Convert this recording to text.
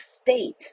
state